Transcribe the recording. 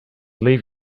leave